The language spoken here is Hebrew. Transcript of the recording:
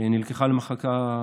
היא נלקחה למחלקה פסיכיאטרית,